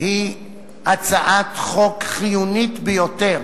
היא הצעת חוק חיונית ביותר